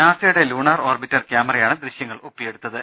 നാസയുടെ lunar orbiter ക്യാമറയാണ് ദൃശ്യങ്ങൾ ഒപ്പിയെടുത്തത്